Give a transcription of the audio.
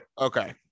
Okay